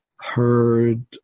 heard